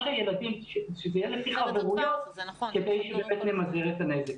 שזה יהיה לפי חברויות כדי שבאמת נמזער את הנזק.